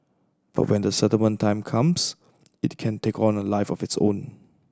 but when the settlement time comes it can take on a life of its own